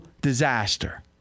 disaster